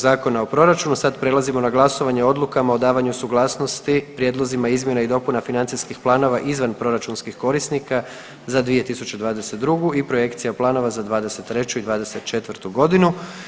Zakona o proračunu sad prelazimo na glasovanje o odlukama o davanju suglasnosti prijedlozima izmjena i dopuna financijskih planova izvanproračunskih korisnika za 2022. i projekcija planova za 2023. i 2024. godinu.